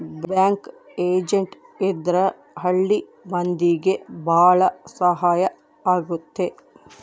bank agent ಇದ್ರ ಹಳ್ಳಿ ಮಂದಿಗೆ ಭಾಳ ಸಹಾಯ ಆಗುತ್ತೆ